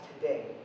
today